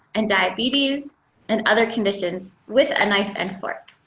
and diabetes and other conditions with a knife and fork.